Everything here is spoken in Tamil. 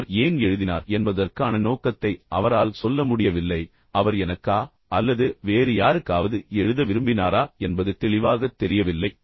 இப்போது அவர் ஏன் எழுதினார் என்பதற்கான நோக்கத்தை அவரால் சொல்ல முடியவில்லை அவர் உண்மையில் எனக்கா அல்லது வேறு யாருக்காவது எழுத விரும்பினாரா என்பது தெளிவாகத் தெரியவில்லை